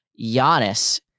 Giannis